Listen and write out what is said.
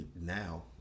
now